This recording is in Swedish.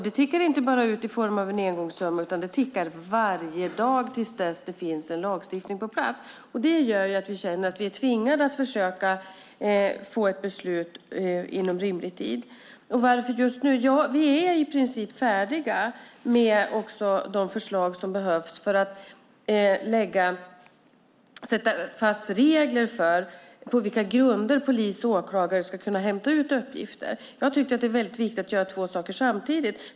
Det tickar inte bara ut i form av en engångssumma, utan det tickar varje dag till dess det finns en lagstiftning på plats. Det gör att vi känner oss tvingade att försöka få ett beslut inom rimlig tid. Varför ska det då ske just nu? Ja, vi är i princip färdiga också med de förslag som behövs för att fastställa regler för på vilka grunder polis och åklagare ska kunna hämta ut uppgifter. Jag har tyckt att det är viktigt att göra två saker samtidigt.